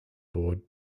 board